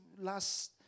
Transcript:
last